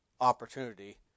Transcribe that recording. opportunity